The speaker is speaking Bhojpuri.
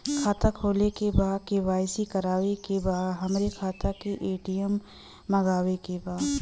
खाता खोले के बा के.वाइ.सी करावे के बा हमरे खाता के ए.टी.एम मगावे के बा?